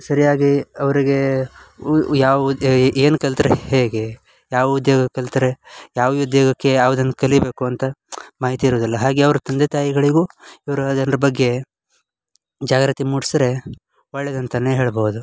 ಸರಿಯಾಗಿ ಅವರಿಗೆ ಉ ಯಾವುದು ಏನು ಕಲ್ತರೆ ಹೇಗೆ ಯಾವ ಉದ್ಯೋಗ ಕಲ್ತರೆ ಯಾವ ಉದ್ಯೋಗಕ್ಕೆ ಯಾವ್ದನ್ನು ಕಲಿಯಬೇಕು ಅಂತ ಮಾಹಿತಿ ಇರುವುದಿಲ್ಲ ಹಾಗೆ ಅವ್ರ ತಂದೆ ತಾಯಿಗಳಿಗೂ ಇವ್ರು ಅದೆಲ್ದ್ರ್ ಬಗ್ಗೆ ಜಾಗೃತಿ ಮೂಡ್ಸ್ದ್ರೆ ಒಳ್ಳೇದು ಅಂತಲೇ ಹೇಳ್ಬೋದು